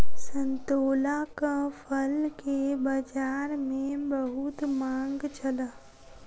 संतोलाक फल के बजार में बहुत मांग छल